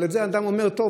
אבל על זה האדם אומר: טוב,